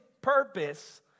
purpose